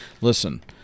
Listen